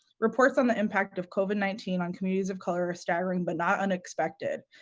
reports on the impact of covid nineteen, on communities of color, are staggering but not unexpected.